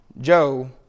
Joe